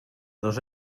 dos